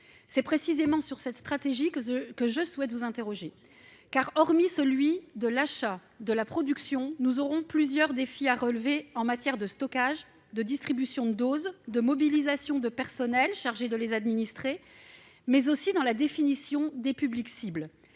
C'est précisément sur cette stratégie que je souhaite vous interroger. Outre les défis de l'achat et de la production, nous en aurons plusieurs autres à relever, en matière de stockage et de distribution des doses, de mobilisation des personnels chargés de les administrer, mais aussi de définition des publics cibles.